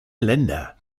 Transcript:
länder